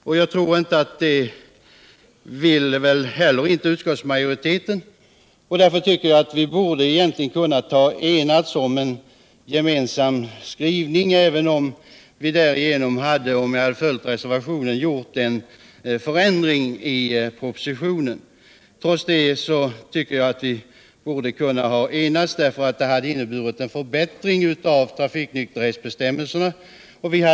Det tror jag inte heller att utskottsmajoriteten anser, och därför tycker jag att vi egentligen borde ha kunnat enas om en gemensam skrivning, även om vi därigenom hade gjort en ändring i propositionen. Trots att det skulle medfört en sådan ändring tycker jag att vi borde ha kunnat enas, därför att det hade inneburit en förbättring av trafiknykterhetsbestämmelserna.